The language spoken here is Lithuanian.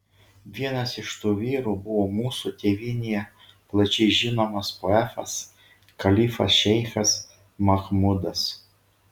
vienas iš tų vyrų buvo mūsų tėvynėje plačiai žinomas poetas kalifas šeichas machmudas